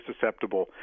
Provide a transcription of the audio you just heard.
susceptible